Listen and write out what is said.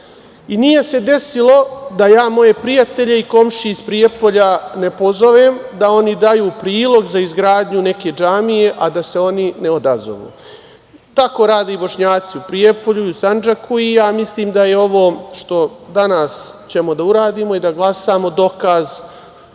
se desilo da ja moje prijatelje i komšije iz Prijepolja ne pozovem da oni daju prilog za izgradnju neke džamije, a da se oni ne odazovu. Tako rade i Bošnjaci u Prijepolju, Sandžaku. Ja misli da je ovo što ćemo danas da uradimo i da glasamo dokaz